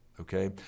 okay